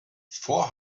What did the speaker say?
four